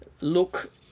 look